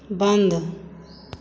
बंद